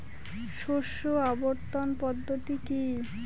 শস্য আবর্তন পদ্ধতি কি?